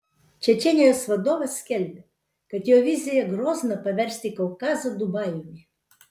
čečėnijos vadovas skelbia kad jo vizija grozną paversti kaukazo dubajumi